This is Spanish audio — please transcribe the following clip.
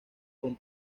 con